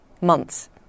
months